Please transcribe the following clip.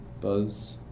Buzz